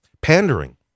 pandering